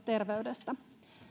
terveydestä